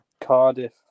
Cardiff